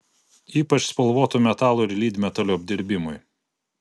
ypač spalvotų metalų ir lydmetalių apdirbimui